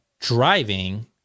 driving